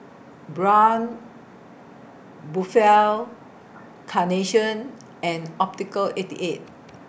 Braun Buffel Carnation and Optical eighty eight